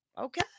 okay